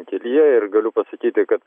kelyje ir galiu pasakyti kad